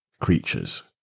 creatures